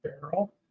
barrel